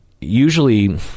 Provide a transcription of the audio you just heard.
usually